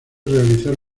realizar